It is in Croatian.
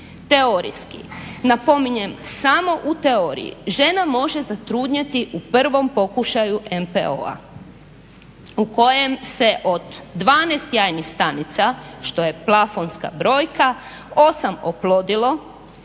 Teorijski napominjem samo u teoriji žena može zatrudnjeti u prvom pokušaju MPO-a u kojem se od 12 jajnih stanica što je plafonska brojka 8 oplodilo,